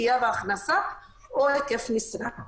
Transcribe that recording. פגיעה בהכנסה או בהיקף משרה.